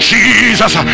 Jesus